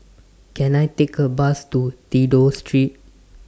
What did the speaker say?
Can I Take A Bus to Dido Street